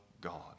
God